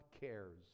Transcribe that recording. cares